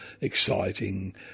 exciting